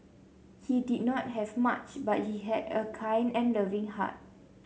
he did not have much but he had a kind and loving heart